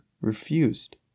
refused